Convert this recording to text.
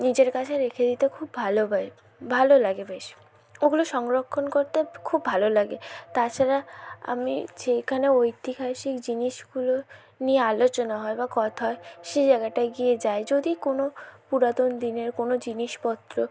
নিজের কাছে রেখে দিতে খুব ভালোবাসি ভালো লাগে বেশ ওগুলো সংরক্ষণ করতে খুব ভালো লাগে তাছাড়া আমি যেইখানে ঐতিহাসিক জিনিসগুলো নিয়ে আলোচনা হয় বা কথা হয় সেই জায়গাটায় গিয়ে যাই যদি কোনো পুরাতন দিনের কোনো জিনিসপত্র